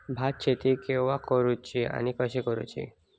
भात शेती केवा करूची आणि कशी करुची?